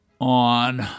On